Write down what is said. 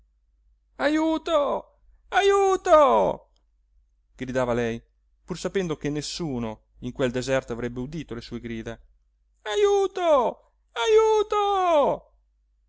i ginocchi ajuto ajuto gridava lei pur sapendo che nessuno in quel deserto avrebbe udito le sue grida ajuto ajuto